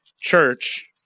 church